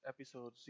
episode